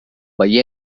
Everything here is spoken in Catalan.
veié